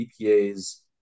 EPA's